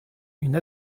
une